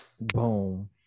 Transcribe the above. Boom